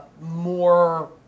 more